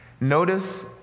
Notice